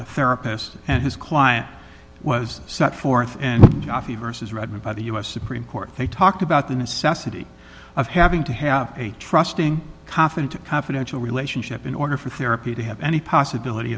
a therapist and his client was set forth and the verses read by the u s supreme court they talked about the necessity of having to have a trusting confident confidential relationship in order for therapy to have any possibility